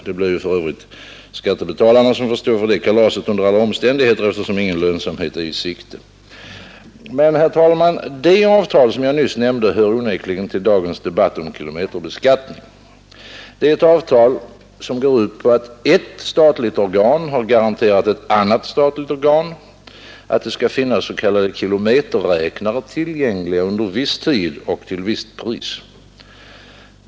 Det blir ju för övrigt skattebetalarna som under alla omständigheter får stå för det kalaset, eftersom ingen lönsamhet är i sikte. Men, herr talman, det avtal som jag nyss nämnde hör onekligen till dagens debatt om kilometerbeskattning. Det är ett avtal som går ut på att ett statligt organ har garanterat ett annat statligt organ att det skall finnas s.k. kilometerräknare tillgängliga under viss tid och till visst pris.